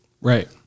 right